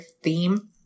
theme